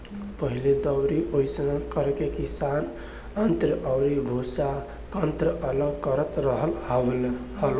पहिले दउरी ओसौनि करके किसान अन्न अउरी भूसा, कन्न अलग करत रहल हालो